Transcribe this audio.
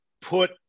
put